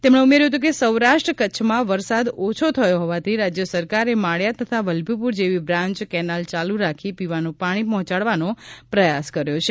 તેમણે ઉમેર્યું હતું કે સૌરાષ્ટ્ર કચ્છમાં વરસાદ ઓછો થયો હોવાથી રાજ્ય સરકારે માળિયા તથા વલભીપુર જેવી બ્રાન્ચ કેનાલ ચાલ્ રાખી પીવાનું પાણી પહોંચાડવાનો પ્રયાસ કરાયો છે